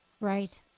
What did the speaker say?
Right